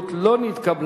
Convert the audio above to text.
מי בעד, רבותי?